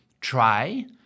try